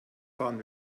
fahren